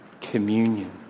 communion